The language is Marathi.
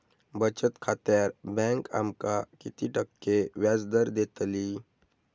बचत खात्यार बँक आमका किती टक्के व्याजदर देतली?